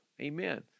amen